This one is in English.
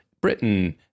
Britain